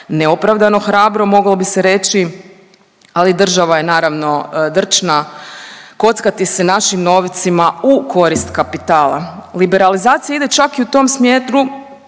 neopravdano hrabro moglo bi se reći, ali država je naravno drčna kockati se našim novcima u korist kapitala. Liberalizacija ide čak i u tom smjeru